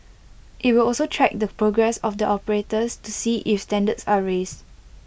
IT will also track the progress of the operators to see if standards are raised